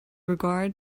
regard